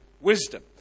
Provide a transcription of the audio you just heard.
Wisdom